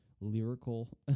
lyrical